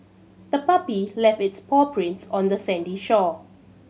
the puppy left its paw prints on the sandy shore